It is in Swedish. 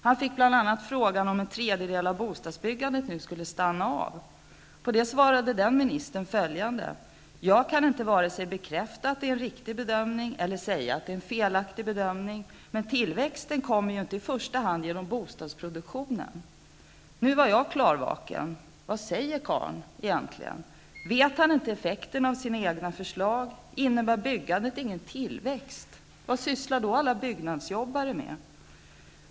Han fick bl.a. frågan om en tredjedel av bostadsbyggandet nu skulle stanna av. På det svarade den ministern följande: ''Jag kan inte vare sig bekräfta att det är en riktig bedömning eller säga att det är en felaktig bedömning. Men tillväxten kommer ju inte i första hand genom bostadsproduktionen.'' Nu var jag klarvaken. Vad säger karln egentligen? Vet han inte effekterna av sina egna förslag? Innebär byggandet ingen tillväxt? Vad sysslar då alla byggnadsjobbare med?